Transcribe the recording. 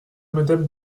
madame